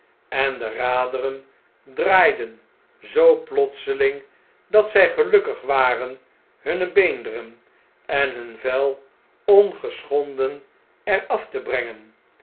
en de raderen draaiden zoo plotseling dat zij gelukkig waren hunne beenderen en hun vel ongeschonden er af te brengen